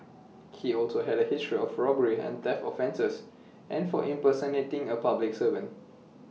he also had A history of robbery and theft offences and for impersonating A public servant